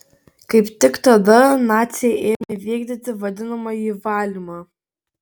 kaip tik tada naciai ėmė vykdyti vadinamąjį valymą